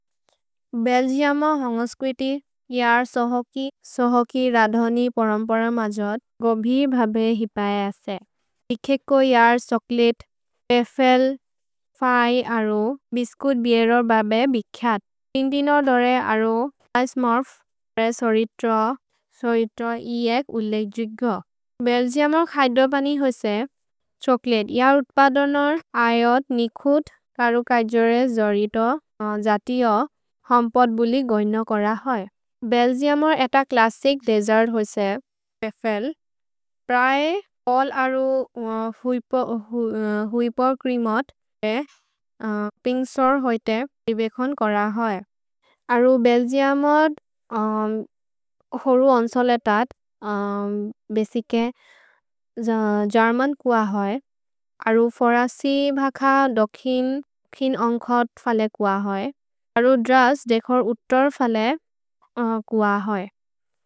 भेल्गिअम होन्गो स्क्विति इअर् सोहोकि सोहोकि रधनि पोरम्पर मजत् गोभि भबे हि पए असे निखेको इअर् सोक्लेत्, पेफेल्। फै अरु बिस्कुत् बिएरोर् बबे बिख्जत् इन्तिनोर् दोरे अरु इचे मोर्फ् प्रे सोरित्रो सोरित्रो इएक् उलेग्जिग्यो भेल्गिअम खय्द बनि होसे सोक्लेत् इअर् उत्पदनोर् ऐओत्, निखुत् करु कज्जोरे, जोरितो जथिओ होम्पोद् बुलि गर्न कर है। भेल्जेउमर् एत क्लसीक् देजर्द् होइसे, पेफेल् प्रए पोल् अरु हुइपो हुइपो क्रिमोद् पिन्ग्सोर् होइते रिबेकोन् कर है। अरु भेल्जेउमर् होरु अन्सोलेत बसिच्के जर्मन् कुअ होइ अरु फोरसि भख दोखिन् खिन् अन्खत् फले कुअ होइ अरु द्रस् देकोर् उतोर् फले कुअ होइ।